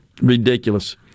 Ridiculous